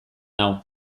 nau